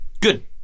Good